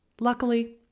Luckily